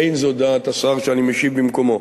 אין זו דעת השר שאני משיב במקומו.